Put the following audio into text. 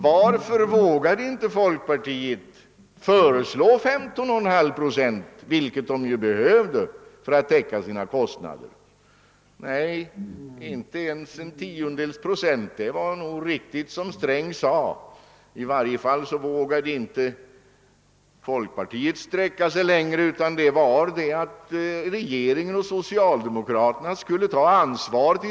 Varför vågade inte folkpartiet föreslå 15,5 procent, vilket man skulle ha behövt för att täcka sina förslag? Nej, inte ens en tiondels procent föreslog man. Det var nog riktigt som Sträng sade. I varje fall vågade inte folkpartiet sträcka sig längre, utan man lät regeringen och socialdemokraterna ta ansvaret.